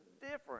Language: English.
different